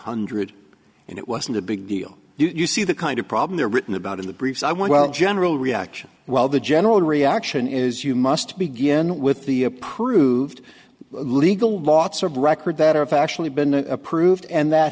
hundred and it wasn't a big deal do you see the kind of problem they're written about in the briefs i well general reaction well the general reaction is you must begin with the approved legal lots of record that are of actually been approved and that